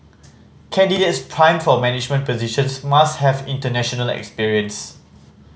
candidates primed for management positions must have international experience